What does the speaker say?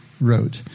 wrote